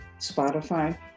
Spotify